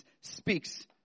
speaks